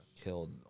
killed